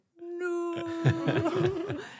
no